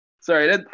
sorry